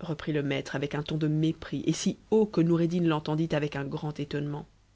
reprit le maître avec un ton de mépris et si haut que noureddin l'entendit avec un j rand étonnement